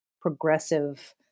progressive